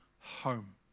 home